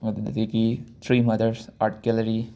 ꯑꯗꯨꯗꯒꯤꯗꯤ three Madras art gallery